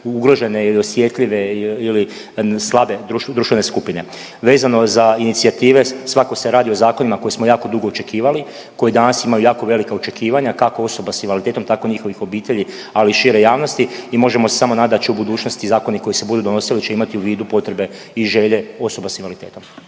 ugrožene ili osjetljive ili slabe društvene skupine. Vezano za inicijative, svakako se radi o zakonima koje smo jako dugo očekivali, koji danas imaju jako velika očekivanja, kako osoba s invaliditetom, tako i njihovih obitelji, ali i šire javnosti i možemo se samo nadat da će u budućnosti zakoni koji se budu donosili će imati u vidu potrebe i želje osoba s invaliditetom,